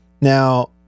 Now